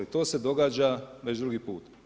I to se događa već drugi put.